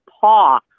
paw